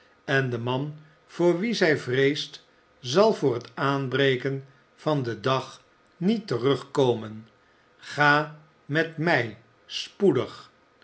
en de man voor wien zij vreest zal voor het aanbreken van den dag niet terugkomen ga met mij spoedig